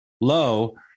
low